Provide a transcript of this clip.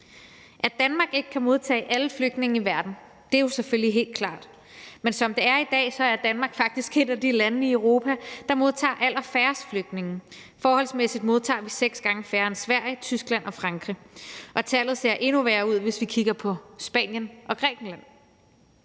At Danmark ikke kan modtage alle flygtninge i verden, er selvfølgelig helt klart, men som det er i dag, er Danmark faktisk et af de lande i Europa, der modtager allerfærrest flygtninge. Forholdsmæssigt modtager vi seks gange færre end Sverige, Tyskland og Frankrig, og tallet ser endnu værre ud, hvis vi kigger på Spanien og Grækenland.